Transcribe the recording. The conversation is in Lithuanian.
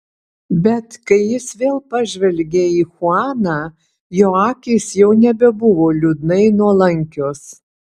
bet kai jis vėl pažvelgė į chuaną jo akys jau nebebuvo liūdnai nuolankios